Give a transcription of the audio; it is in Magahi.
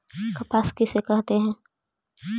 कपास किसे कहते हैं?